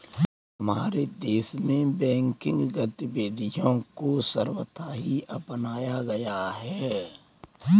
हमारे देश में बैंकिंग गतिविधियां को सर्वथा ही अपनाया गया है